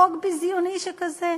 חוק ביזיוני שכזה?